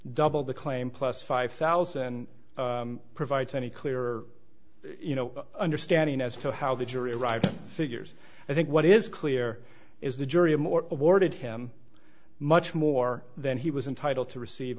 double the claim plus five thousand provides any clearer you know understanding as to how the jury arrived figures i think what is clear is the jury a more awarded him much more than he was entitled to receive